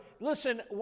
listen